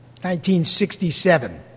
1967